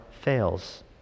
fails